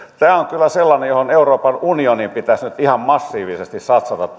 sellainen kysymys johon euroopan unionin pitäisi nyt ihan massiivisesti satsata